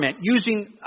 using